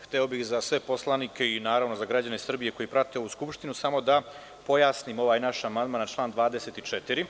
Hteo bih za sve poslanike i, naravno, za građane Srbije koji prate Skupštinu samo da pojasnim ovaj naš amandman na član 24.